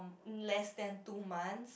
less than two months